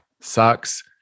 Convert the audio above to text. sucks